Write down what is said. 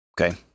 okay